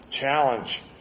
challenge